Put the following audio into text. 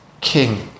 king